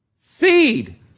Seed